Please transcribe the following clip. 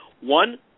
One